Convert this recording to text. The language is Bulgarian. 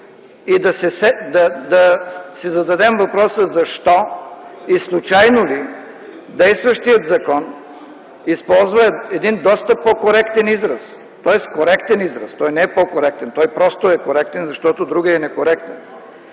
и да си зададем въпроса защо и случайно ли действащият закон използва един доста по-коректен израз. Тоест коректен израз. Той не е по-коректен израз, просто е коректен, защото другият е некоректен.